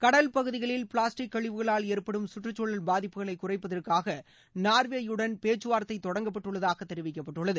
கடல் பகுதிகளில் பிளாஸ்டிக் கழிவுகளால் ஏற்படும் கற்றுச்சூழல் பாதிப்புகளை குறைப்பதற்காக நார்வேயுடன் பேச்சுவார்த்தை தொடங்கப்பட்டுள்ளதாக தெரிவிக்கப்பட்டுள்ளது